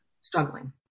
struggling